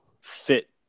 fit